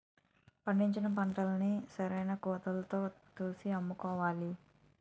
పండించిన పంటల్ని సరైన తూకవతో తూసి అమ్ముకోవాలి